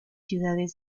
ciudades